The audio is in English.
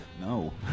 No